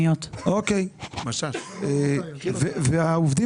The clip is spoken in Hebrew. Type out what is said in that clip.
שכר מינימום זה 29. מה השכר הממוצע לשעה של עובדים